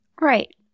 right